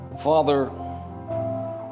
Father